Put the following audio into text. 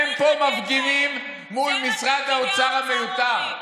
אין פה מפגינים מול משרד האוצר המיותר.